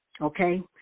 okay